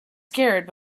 scared